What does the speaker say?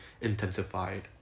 intensified